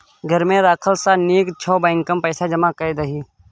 घर मे राखला सँ नीक छौ बैंकेमे पैसा जमा कए दही